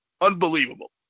Unbelievable